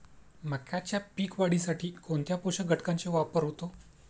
मक्याच्या पीक वाढीसाठी कोणत्या पोषक घटकांचे वापर होतो?